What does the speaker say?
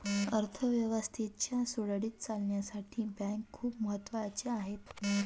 अर्थ व्यवस्थेच्या सुरळीत चालण्यासाठी बँका खूप महत्वाच्या आहेत